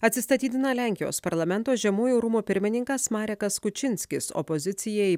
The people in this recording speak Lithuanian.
atsistatydina lenkijos parlamento žemųjų rūmų pirmininkas marekas kučinskis opozicijai